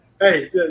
hey